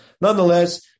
Nonetheless